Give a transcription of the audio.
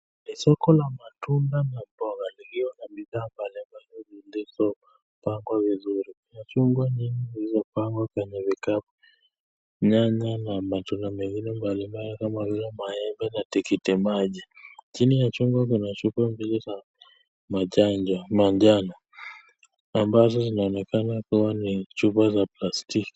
Soko la matunda na mbogaa iliyo na bidhaa mbalimbali zilizopangwa vizuri, kuna machungwa mingi zilizopangwa kwenye vikapu. Nyanya na matunda mengine mbalimbali kama cile maembe na tikiti maji, chini ya chungwa kuna chupa mbili za manjano ambazo zinaonekana kuwa ni chupa za plastiki